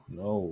no